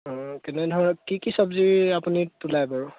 কেনে ধৰণৰ কি কি চব্জি আপুনি তোলায় বাৰু